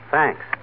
Thanks